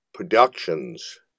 Productions